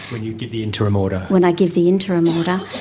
when you give the interim order. when i give the interim order.